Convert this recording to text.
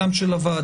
גם של הוועדה.